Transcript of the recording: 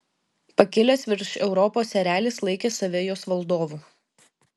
pakilęs virš europos erelis laikė save jos valdovu